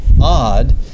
odd